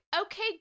Okay